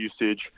usage